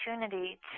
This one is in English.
opportunity